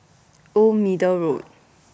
Old Middle Road